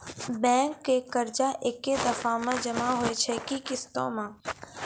Bank के कर्जा ऐकै दफ़ा मे जमा होय छै कि किस्तो मे?